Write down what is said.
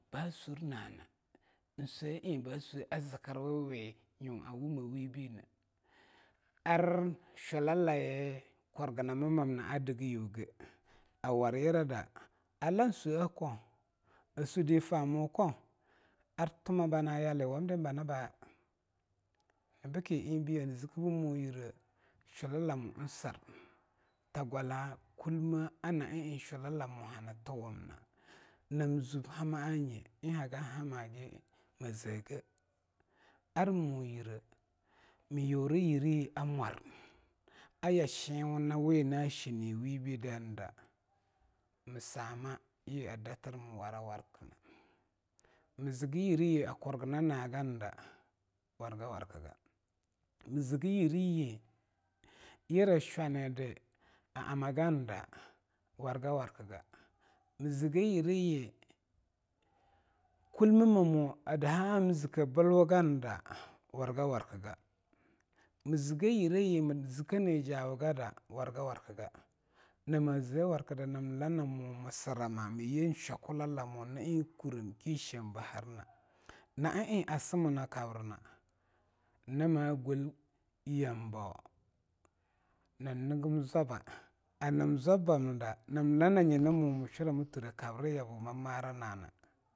Baa swinana nswe'a eing ba sue a zkrwiwe nyu'a wume wibeine ar shulaye kurgnammana a dgayuge a waryirada alan sue'a ko, a sude a famuk. Ar tu ma ba na yali a wamde bani ba'a nina bke eingbei hanzke bmo yire zhullamo nsar ta gwala kulme na'a eing shullamo hantuwamna, namzub hama'a nye eing hagan hagi mzege. Ar mo yire myeryi a mwar aya sheinwa nawi na shini wibidain da msama yi adatr mwarawarkna. mzga yireyi a kurgnagda warg warkga, mzga yireyi yira shwanidi a amaganda wargwarkga, mzga yireyi kulmmeme adaha am zke blwuganda wargawakga, mzga yireyi mzke nijawu ganda wagwarkga. Nama ze warkde namla na msrirama na myenshwakwul'ame naneh kurem ke shiem ba harna. Na'a eing asmuna kabrna nyina ma gol yambawa nan nigm zwabba, ar a nim zwabbam nda nam la nanyi namo nshurama turekab riya bo abmaranana.